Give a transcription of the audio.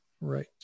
Right